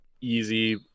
easy